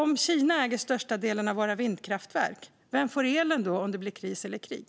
Om Kina äger största delen av våra vindkraftverk - vem får då elen om det blir kris eller krig?